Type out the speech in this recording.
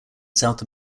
south